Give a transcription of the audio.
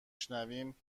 شنویم